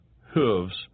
hooves